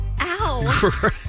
Ow